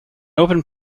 open